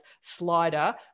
slider